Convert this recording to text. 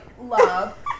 love